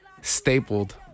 stapled